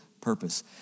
purpose